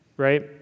right